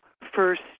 first